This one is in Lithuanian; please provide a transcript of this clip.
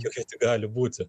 kokia tik gali būti